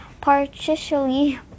partially